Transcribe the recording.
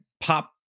pop